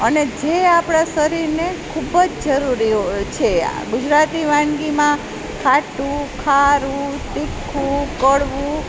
અને જે આપણાં શરીરને ખૂબ જ જરૂરી છે આ ગુજરાતી વાનગીમાં ખાટું ખારું તીખું કડવું